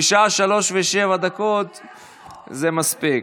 בשעה 3:07 זה מספיק.